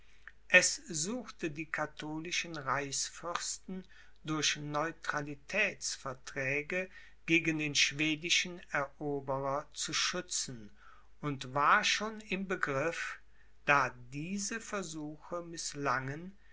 es suchte die katholischen reichsfürsten durch neutralitätsverträge gegen den schwedischen eroberer zu schützen und war schon im begriff da diese versuche mißlangen